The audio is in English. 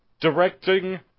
directing